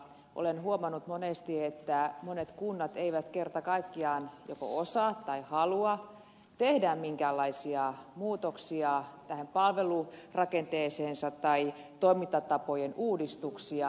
olen huomannut monesti että monet kunnat eivät kerta kaikkiaan joko osaa tai halua tehdä minkäänlaisia muutoksia tähän palvelurakenteeseensa tai toimintatapojen uudistuksia